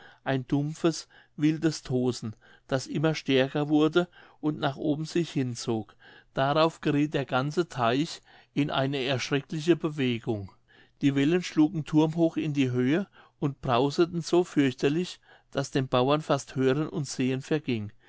ein dumpfes wildes tosen das immer stärker wurde und nach oben sich hinzog darauf gerieth der ganze teich in eine erschreckliche bewegung die wellen schlugen thurmhoch in die höhe und brauseten so fürchterlich daß dem bauern fast hören und sehen verging